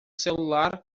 celular